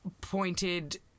pointed